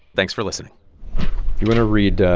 thanks for listening you want to read ah